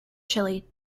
chile